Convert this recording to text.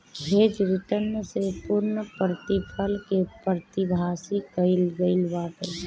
hedge return से पूर्णप्रतिफल के पारिभाषित कईल गईल बाटे